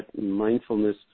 mindfulness